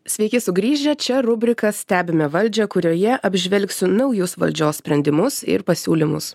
sveiki sugrįžę čia rubrika stebime valdžią kurioje apžvelgsiu naujus valdžios sprendimus ir pasiūlymus